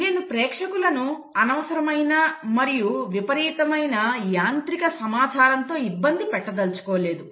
నేను ప్రేక్షకులను అనవసరమైన మరియు విపరీతమైన యాంత్రిక సమాచారంతో ఇబ్బంది పెట్టదలుచుకోలేదు